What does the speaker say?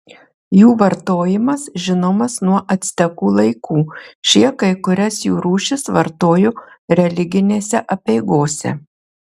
jų vartojimas žinomas nuo actekų laikų šie kai kurias jų rūšis vartojo religinėse apeigose